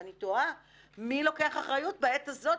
ואני תוהה מי לוקח אחריות בעת הזאת,